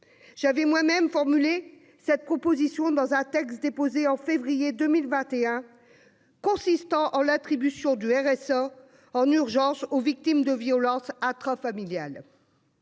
J'avais moi-même formulé cette proposition dans un texte déposé en février 2021 : il s'agissait d'attribuer le RSA en urgence aux victimes de violences intrafamiliales.